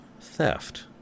Theft